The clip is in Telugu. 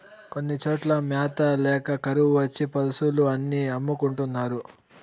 కొన్ని చోట్ల మ్యాత ల్యాక కరువు వచ్చి పశులు అన్ని అమ్ముకుంటున్నారు